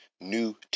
new